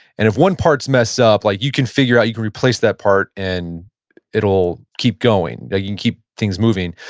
and if one part's messed up, like you can figure out, you can replace that part, and it'll keep going. you can keep things moving.